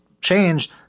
change